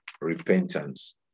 repentance